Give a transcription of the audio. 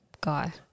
guy